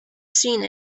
seen